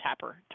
tapper